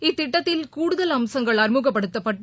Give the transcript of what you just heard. இத்திட்டத்தில் கூடுதல் அம்சங்கள் அறிமுகப்படுத்தப்பட்டு